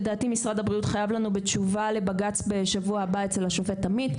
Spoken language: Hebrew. לדעתי משרד הבריאות חייב לנו בתשובה לבג"ץ בשבוע הבא אצל השופט עמית.